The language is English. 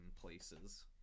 places